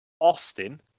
Austin